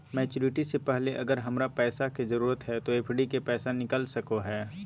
Maturity से पहले अगर हमरा पैसा के जरूरत है तो एफडी के पैसा निकल सको है?